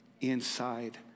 inside